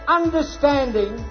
understanding